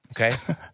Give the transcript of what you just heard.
okay